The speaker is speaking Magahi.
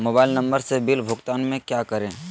मोबाइल नंबर से बिल भुगतान में क्या करें?